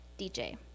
DJ